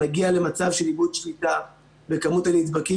נגיע למצב של איבוד שליטה בכמות הנדבקים